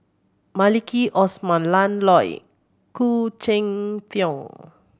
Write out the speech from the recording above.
Maliki Osman Ian Loy Khoo Cheng Tiong